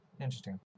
Interesting